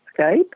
Skype